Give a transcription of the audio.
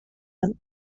and